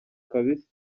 kabisa